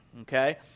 okay